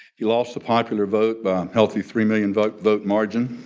he lost the popular vote by healthy three million vote vote margin